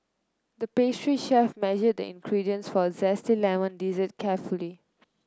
the pastry chef measured the ingredients for a zesty lemon dessert carefully